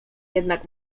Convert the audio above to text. jednak